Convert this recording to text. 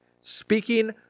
Speaking